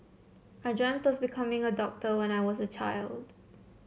I dreamt of becoming a doctor when I was a child